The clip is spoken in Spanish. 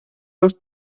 dos